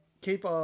keep